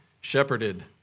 shepherded